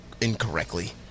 incorrectly